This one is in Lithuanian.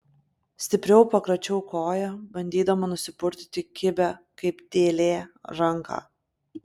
stipriau pakračiau koją bandydama nusipurtyti kibią kaip dėlė ranką